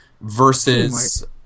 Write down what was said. versus